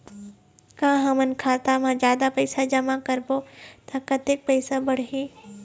का हमन खाता मा जादा पैसा जमा करबो ता कतेक पैसा बढ़ही?